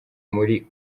muri